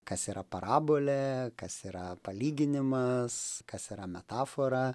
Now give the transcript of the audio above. kas yra parabolė kas yra palyginimas kas yra metafora